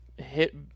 Hit